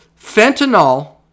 Fentanyl